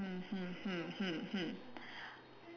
hmm hmm hmm hmm hmm